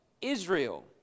Israel